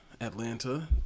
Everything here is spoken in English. Atlanta